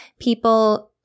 People –